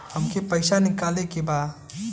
हमके पैसा निकाले के बा